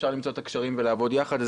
אפשר למצוא את הקשרים ולעבוד יחד.